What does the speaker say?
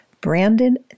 Brandon